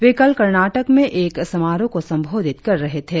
वे कल कर्नाटक में एक समारोह को संबोधित कर रहै थे